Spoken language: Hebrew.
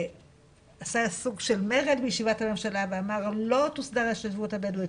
עשה סוג של מרד בישיבת הממשלה ואמר - לא תוסדר ההתיישבות הבדואית,